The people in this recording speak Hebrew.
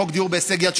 חוק דיור בהישג יד,